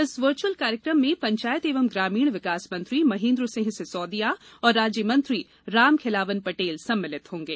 इस वर्च्अल कार्यक्रम में पंचायत एवं ग्रामीण विकास मंत्री महेन्द्र सिंह सिसौदिया और राज्य मंत्री राम खेलावन पटेल सम्मिलित होंगे